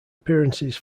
appearances